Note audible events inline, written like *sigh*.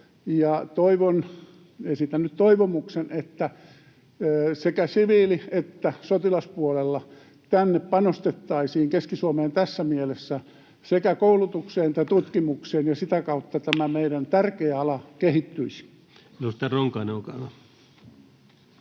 maassa. Esitän nyt toivomuksen, että sekä siviili‑ että sotilaspuolella tänne panostettaisiin, Keski-Suomeen, tässä mielessä sekä koulutukseen että tutkimukseen, niin että sitä kautta *noise* tämä meidän tärkeä